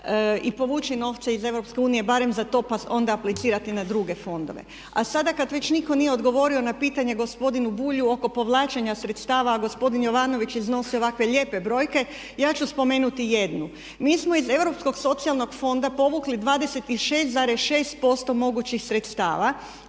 i povući novce iz EU barem za to pa onda aplicirati na druge fondove. A sada kad već nitko nije odgovorio na pitanje gospodinu Bulju oko povlačenja sredstava a gospodin Jovanović iznosi ovakve lijepe brojke ja ću spomenuti jednu. Mi smo iz Europskog socijalnog fonda povukli 26,6% mogućih sredstava